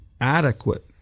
adequate